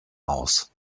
aus